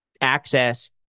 access